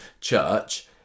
church